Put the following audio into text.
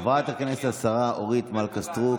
חברת הכנסת השרה אורית מלכה סטרוק,